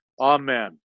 Amen